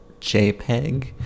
jpeg